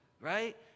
right